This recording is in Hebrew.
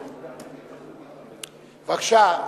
בבקשה.